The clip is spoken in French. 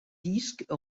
disque